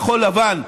כחול-לבן,